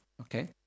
Okay